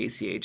ACH